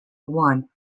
one